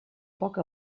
poc